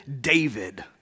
David